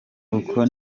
uko